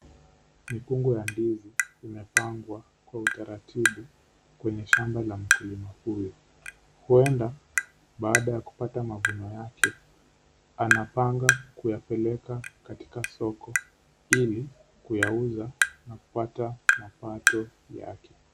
Mikungu ya ndizi imepangwa kwa utaratibu kwenye shamba la mkulima huyu. Huenda baada ya kupata mavuno yake anapanga kuyapeleka katika soko ili kuyauza na kupata mapato yake.